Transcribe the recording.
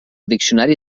diccionari